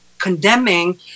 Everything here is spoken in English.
condemning